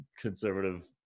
conservative